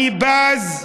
אני בז,